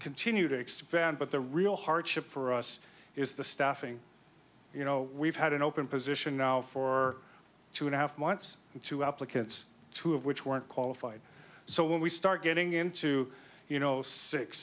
continue to expand but the real hardship for us is the staffing you know we've had an open position now for two and a half months two applicants two of which weren't qualified so when we start getting into you know six